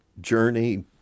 journey